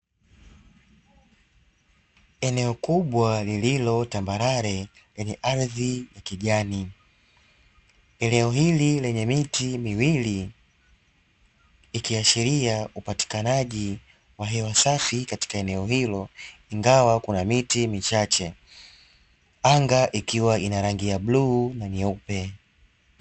Eneo kubwa lililotambarare lenye ardhi kijani eneo hili lenye miti miwili, ikiashiria upatikanaji wa hewa safi, katika eneo hilo ingawa kuna miti michache anga ikiwa ina rangi ya bluu na nyeupe.